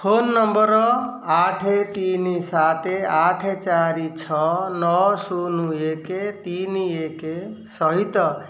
phone number ଆଠ ତିନି ସାତ ଆଠ ଚାରି ଛଅ ନଅ ଶୂନ ଏକ ତିନି ଏକ ସହିତ